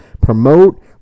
promote